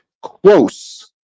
close